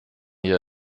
hier